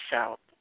South